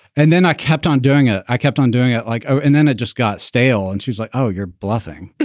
and then i kept on doing it. ah i kept on doing it like, oh, and then it just got stale. and she was like, oh, you're bluffing